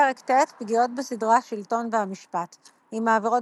פרק ט' פגיעות בסדרי השלטון והמשפט עם העבירות